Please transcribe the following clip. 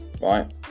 right